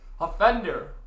offender